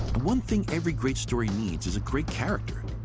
one thing every great story needs is a great character.